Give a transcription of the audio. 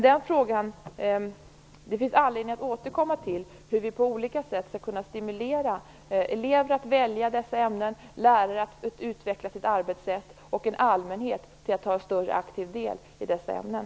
Det finns anledning att återkomma till hur vi på olika sätt skall kunna stimulera elever att välja dessa ämnen, lärare att utveckla sitt arbetssätt och allmänheten att ta större aktiv del i dessa ämnen.